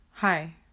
Hi